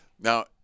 now